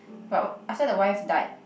but after the wife died